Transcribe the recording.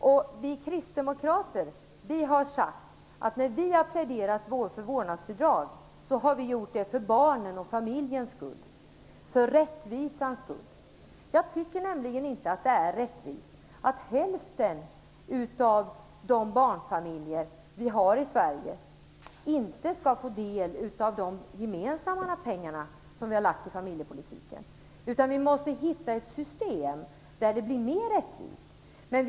När vi kristdemokrater har pläderat för vårdnadsbidraget har vi gjort det för barnens, familjernas och rättvisans skull. Jag tycker nämligen inte att det är rättvist att hälften av barnfamiljerna i Sverige inte skall få del av de gemensamma pengar som vi har lagt på familjepolitiken. Vi måste hitta ett system som är mer rättvist.